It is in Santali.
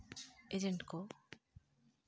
ᱮᱡᱮᱱᱴ ᱠᱚ